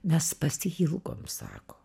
mes pasiilgom sako